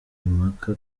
impaka